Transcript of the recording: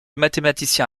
mathématicien